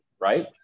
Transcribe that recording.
right